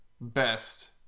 best